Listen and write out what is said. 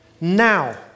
Now